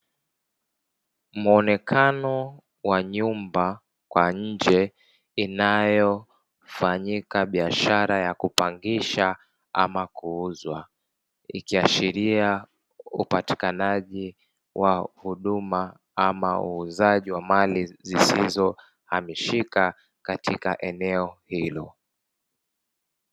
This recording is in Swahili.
Muonekano wa nyumba kwa nje inayofanyika biashara ya kupangishwa ama kuuzwa, ikiashiria upatikanaji wa huduma ama uuzaji wa mali zisizohamishika katika eneo hilo.